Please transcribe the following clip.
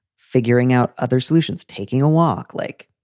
figuring out other solutions. taking a walk like